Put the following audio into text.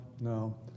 no